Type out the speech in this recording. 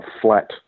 flat